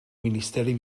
ministeri